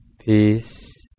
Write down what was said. Peace